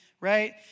right